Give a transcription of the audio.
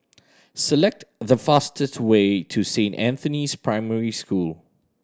select the fastest way to Saint Anthony's Primary School